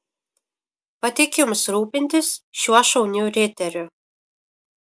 patikiu jums rūpintis šiuo šauniu riteriu